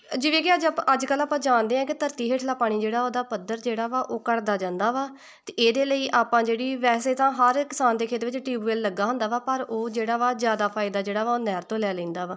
ਜਿਵੇਂ ਕਿ ਅੱਜ ਆਪਾਂ ਅੱਜਕੱਲ੍ਹ ਆਪਾਂ ਜਾਣਦੇ ਹਾਂ ਕਿ ਧਰਤੀ ਹੇਠਲਾ ਪਾਣੀ ਜਿਹੜਾ ਉਹਦਾ ਪੱਧਰ ਜਿਹੜਾ ਵਾ ਉਹ ਘਟਦਾ ਜਾਂਦਾ ਵਾ ਅਤੇ ਇਹਦੇ ਲਈ ਆਪਾਂ ਜਿਹੜੀ ਵੈਸੇ ਤਾਂ ਹਰ ਕਿਸਾਨ ਦੇ ਖੇਤ ਵਿੱਚ ਟਿਊਵੈਲ ਲੱਗਾ ਹੁੰਦਾ ਵਾ ਪਰ ਉਹ ਜਿਹੜਾ ਵਾ ਜ਼ਿਆਦਾ ਫਾਇਦਾ ਜਿਹੜਾ ਵਾ ਉਹ ਨਹਿਰ ਤੋਂ ਲੈ ਲੈਂਦਾ ਵਾ